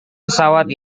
pesawat